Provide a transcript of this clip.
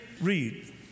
Read